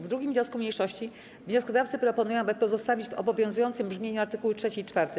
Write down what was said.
W 2. wniosku mniejszości wnioskodawcy proponują, aby pozostawić w obowiązującym brzmieniu art. 3 i 4.